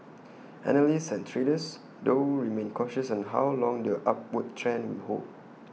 analysts and traders though remain cautious on how long the upward trend will hold